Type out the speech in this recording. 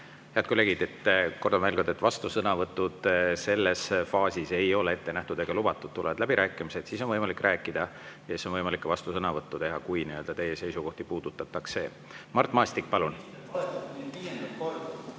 Head kolleegid! Kordan veel kord, et vastusõnavõtud selles faasis ei ole ette nähtud ega lubatud. Tulevad läbirääkimised, siis on võimalik rääkida ja siis on võimalik ka vastusõnavõtt teha, kui teie seisukohti puudutatakse. Mart Maastik, palun!